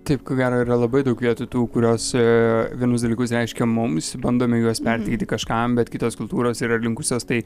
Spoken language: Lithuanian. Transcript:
taip ko gero yra labai daug vietų tų kurios vienus dalykus reiškia mums bandome juos perteikti kažkam bet kitos kultūros yra linkusios tai